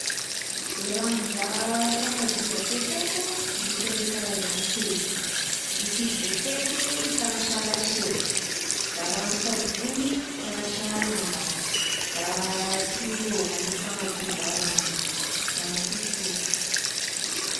I ranon-draha fagnadiova ampiasaiko misy ame karazagny telo: likidy vesaily fagnasa lasiety, da ranon-savony fagnasa lamba, da sirop agny fagnadiova ragno ragno fisotro.